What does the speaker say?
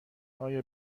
آیا